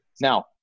Now